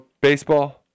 baseball